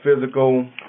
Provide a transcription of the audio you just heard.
physical